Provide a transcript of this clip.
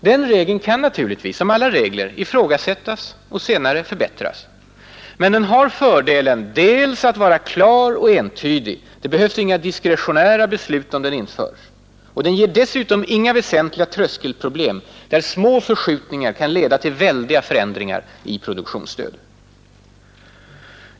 Den regeln kan naturligtvis — som alla regler — ifrågasättas och senare förbättras. Men den har fördelen att vara klar och entydig — det behövs inga diskretionära beslut om den införs. Den ger dessutom inga väsentliga tröskelproblem, där små förskjutningar kan leda till väldiga förändringar i produktionsstöd.